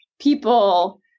people